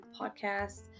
podcast